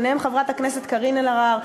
בהם חברת הכנסת קארין אלהרר,